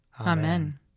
Amen